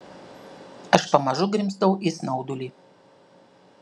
aš pamažu grimzdau į snaudulį